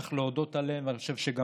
צריך להודות עליהם